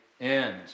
end